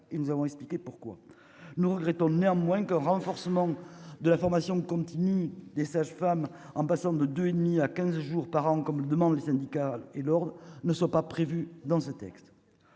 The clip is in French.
et nous avons expliqué pourquoi nous regrettons néanmoins que, renforcement de la formation continue des sages-femmes en passant de 2 et demi à 15 jours par an, comme le demandent les syndicats et lourde ne sont pas prévu dans ce texte,